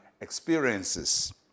experiences